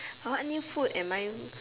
what new food am I